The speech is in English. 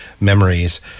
memories